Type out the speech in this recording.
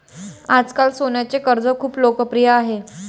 आजकाल सोन्याचे कर्ज खूप लोकप्रिय आहे